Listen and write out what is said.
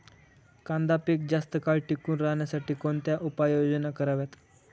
कांदा पीक जास्त काळ टिकून राहण्यासाठी कोणत्या उपाययोजना कराव्यात?